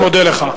אני מודה לך.